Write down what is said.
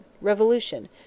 Revolution